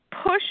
push